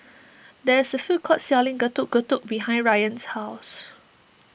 there is a food court selling Getuk Getuk behind Rayan's house